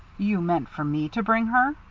you meant for me to bring her?